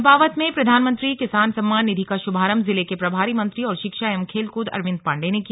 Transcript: चंपावत में प्रधानमंत्री किसान सम्मान निधि का श्भारंभ जिले के प्रभारी मंत्री और शिक्षा एवं खेलकृद अरविंद पाण्डेय ने किया